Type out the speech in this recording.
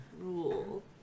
rule